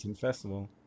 Festival